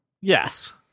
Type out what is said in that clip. Yes